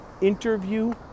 interview